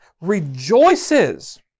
rejoices